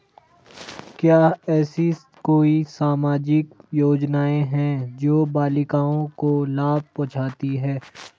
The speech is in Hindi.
क्या ऐसी कोई सामाजिक योजनाएँ हैं जो बालिकाओं को लाभ पहुँचाती हैं?